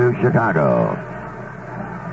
Chicago